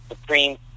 supreme